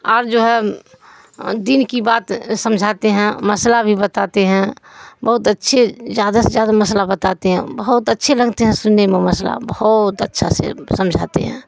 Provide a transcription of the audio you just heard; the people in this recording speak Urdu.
اور جو ہے دین کی بات سمجھاتے ہیں مسئلہ بھی بتاتے ہیں بہت اچھے زیادہ سے زیادہ مسئلہ بتاتے ہیں بہت اچھے لگتے ہیں سننے میں مسئلہ بہت اچھا سے سمجھاتے ہیں